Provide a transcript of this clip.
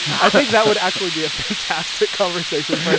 i think that would actually be a fantastic conversation. yeah